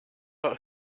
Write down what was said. but